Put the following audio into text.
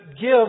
give